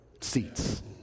seats